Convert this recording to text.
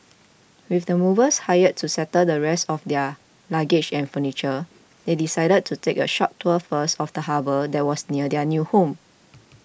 with the movers hired to settle the rest of their luggage and furniture they decided to take a short tour first of the harbour that was near their new home